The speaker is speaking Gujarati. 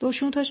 તો શું થશે